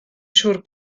siŵr